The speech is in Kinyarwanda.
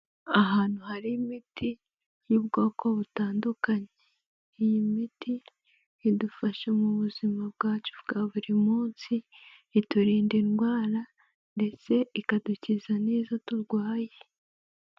Ahantu hari imiti y'ubwoko butandukanye, iyi miti idufasha mu buzima bwacu bwa buri munsi, iturinda indwara ndetse ikadukiza n'izo turwaye.